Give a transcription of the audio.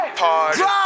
party